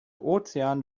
ozean